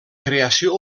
creació